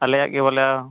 ᱟᱞᱮᱭᱟᱜ ᱜᱮ ᱵᱚᱞᱮ